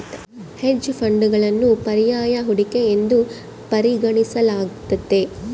hedge ಫಂಡ್ಗಳನ್ನು ಪರ್ಯಾಯ ಹೂಡಿಕೆ ಎಂದು ಪರಿಗಣಿಸಲಾಗ್ತತೆ